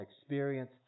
experience